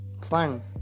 fun